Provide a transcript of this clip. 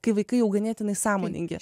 kai vaikai jau ganėtinai sąmoningi